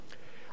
על הפרטה,